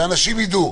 כדי שאנשים יידעו.